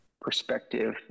perspective